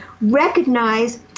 recognize